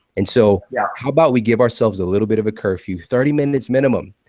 and so yeah how about we give ourselves a little bit of a curfew, thirty minutes minimum,